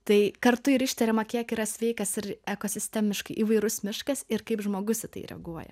tai kartu ir ištiriama kiek yra sveikas ir ekosistemiškai įvairus miškas ir kaip žmogus į tai reaguoja